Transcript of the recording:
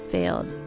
failed.